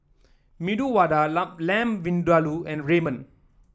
Medu Vada Lamb Vindaloo and Ramen